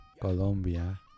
Colombia